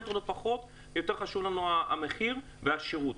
אותנו פחות ויותר חשוב לנו המחיר והשירות.